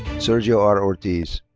sergio r. ortiz.